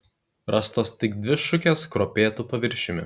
rastos tik dvi šukės kruopėtu paviršiumi